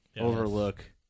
overlook